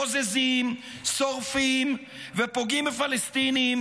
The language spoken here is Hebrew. בוזזים, שורפים ופוגעים בפלסטינים,